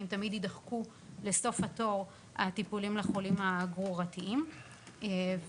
מה יהיה אם ידחקו תמיד לסוף התור הטיפולים לחולים הגרורתיים ואני